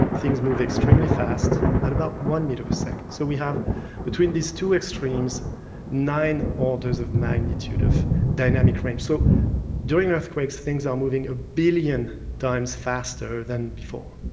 things move extremely fast, at about one metre per second. so we have between these two extremes nine orders of magnitude of dynamic range. so during earthquakes things are moving a billion times faster than before.